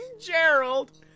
Gerald